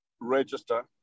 register